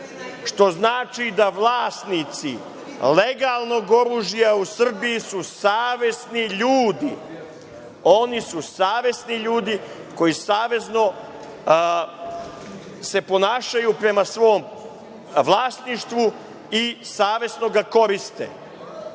što znači da vlasnici legalnog oružja u Srbiji su savesni ljudi. Oni su savesni ljudi koji savesno se ponašaju prema svom vlasništvu i savesno ga koriste.